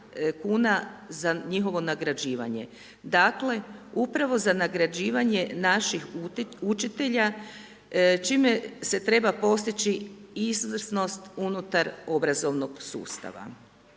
za njihovo nagrađivanje, dakle, upravo za nagrađivanje naših učitelja, čime se treba postići izvrsnost unutar obrazovnog sustava.